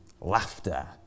laughter